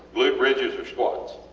glute bridges or squats?